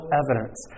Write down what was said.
evidence